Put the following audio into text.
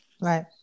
Right